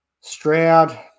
Stroud